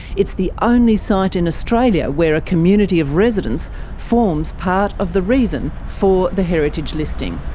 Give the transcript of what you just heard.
it's the only site in australia where a community of residents forms part of the reason for the heritage listing.